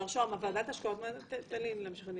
מר שהם, תן לי להמשיך.